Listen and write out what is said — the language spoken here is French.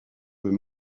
veut